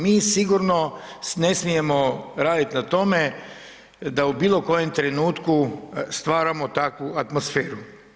Mi sigurno ne smijemo raditi na tome da u bilo kojem trenutku stvaramo takvu atmosferu.